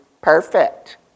perfect